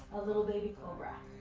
a little baby cobra.